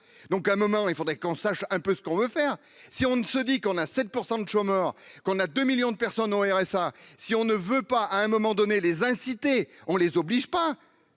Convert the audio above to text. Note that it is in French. donc à un moment, il faudrait qu'on sache un peu ce qu'on veut faire si on ne se dit qu'on a 7 % de chômeurs qu'on a 2 millions de personnes au RSA si on ne veut pas, à un moment donné, les inciter, on les oblige pas,